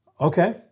okay